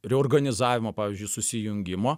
reorganizavimo pavyzdžiui susijungimo